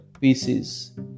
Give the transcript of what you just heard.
pieces